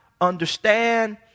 understand